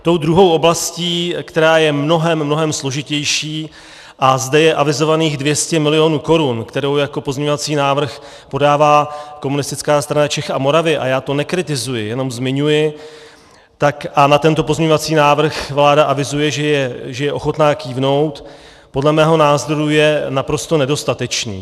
Tou druhou oblastí, která je mnohem, mnohem složitější, a zde je avizovaných 200 mil. korun, kterou jako pozměňovací návrh podává Komunistická strana Čech a Moravy a já to nekritizuji, jenom zmiňuji, a na tento pozměňovací návrh vláda avizuje, že je ochotna kývnout podle mého názoru je naprosto nedostatečných.